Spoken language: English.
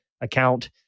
account